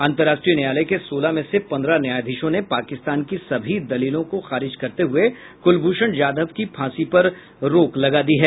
अंतर्राष्ट्रीय न्यायालय के सोलह में से पंद्रह न्यायाधीशों ने पाकिस्तान की सभी दलीलों को खारिज करते हुए कुलभूषण जाधव की फांसी पर रोक लगा दी है